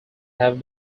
have